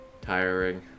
tiring